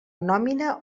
nòmina